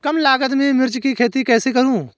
कम लागत में मिर्च की खेती कैसे करूँ?